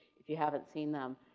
you haven't seen them.